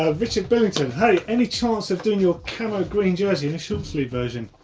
ah richard billington, hey any chance of doing your camo green jersey in a short sleeved version?